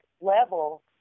level